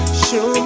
show